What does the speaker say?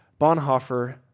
Bonhoeffer